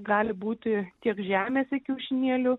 gali būti tiek žemėse kiaušinėlių